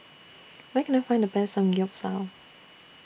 Where Can I Find The Best Samgeyopsal